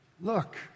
look